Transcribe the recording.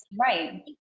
right